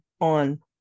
on